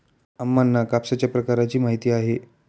अम्मांना कापसाच्या प्रकारांची माहिती आहे